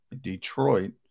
Detroit